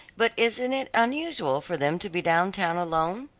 but isn't it unusual for them to be down town alone?